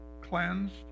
cleansed